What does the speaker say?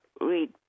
read